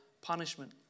punishment